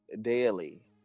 daily